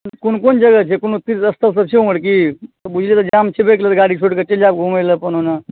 कोन कोन जगह छै कोनो तीर्थ स्थल सब छै ओमहर की बुझिए तऽ जाम छेबै करले तऽ गाड़ी छोरिके चलि जायब घुमै लए कोनो ना